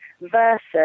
versus